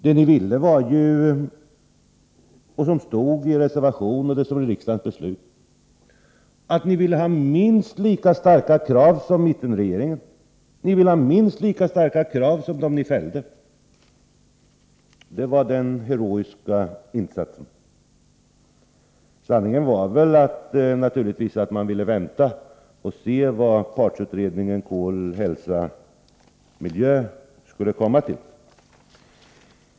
Det ni ville — och som stod i reservationen och som blev riksdagens beslut — var ju att ha minst lika starka krav som mittenregeringen, minst lika starka krav som dem ni fällde. Det var den heroiska insatsen. Sanningen var naturligtvis att ni ville vänta och se vad partsutredningen Kol, hälsa, miljö skulle komma fram till.